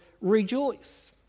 rejoice